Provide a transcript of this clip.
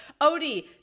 Odie